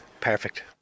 perfect